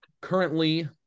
currently